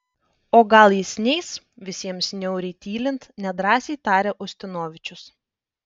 o gal jis neis visiems niauriai tylint nedrąsiai tarė ustinovičius